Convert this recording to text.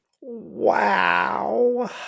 Wow